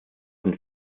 sind